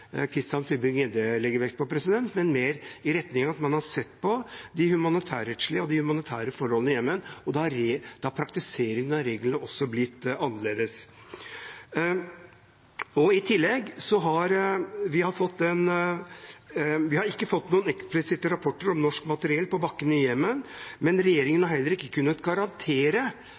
vekt på, men mer i retning av at man har sett på de humanitærrettslige og humanitære forholdene i Jemen, og da har praktiseringen av reglene også blitt annerledes. Vi har ikke fått noen eksplisitte rapporter om norsk materiell på bakken i Jemen, men regjeringen har heller ikke kunnet garantere